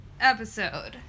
episode